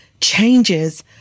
changes